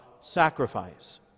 sacrifice